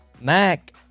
Mac